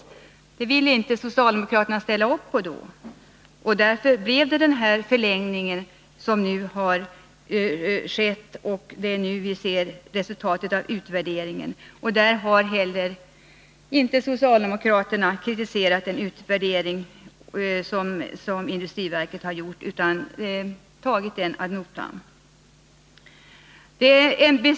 Detta ville socialdemokraterna då inte ställa upp på. Därför fick vi den förlängning av driften som nu har genomförts. Vi har också fått resultatet av utvärderingen av verksamheten. Socialdemokraterna har inte kritiserat denna utvärdering, som gjorts av industriverket, utan tagit den ad notam.